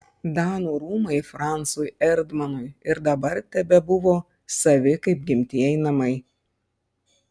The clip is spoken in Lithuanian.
danų rūmai francui erdmanui ir dabar tebebuvo savi kaip gimtieji namai